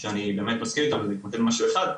שאני באמת מסכים איתם, אני אתמקד במשהו אחד.